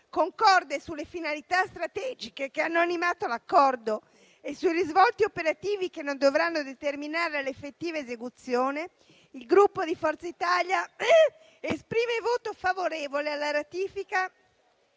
Concorde sulle finalità strategiche che hanno animato l'Accordo e sui risvolti operativi che ne dovranno determinare l'effettiva esecuzione, il Gruppo Forza Italia esprime voto favorevole alla ratifica